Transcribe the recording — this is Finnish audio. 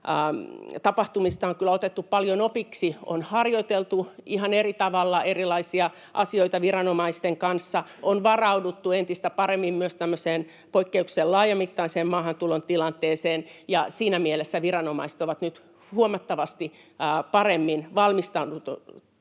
tapahtumista on kyllä otettu paljon opiksi, on harjoiteltu ihan eri tavalla erilaisia asioita viranomaisten kanssa ja on varauduttu entistä paremmin myös tämmöiseen poikkeuksellisen laajamittaisen maahantulon tilanteeseen. Siinä mielessä viranomaiset ovat nyt huomattavasti paremmin valmistautuneita